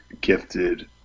gifted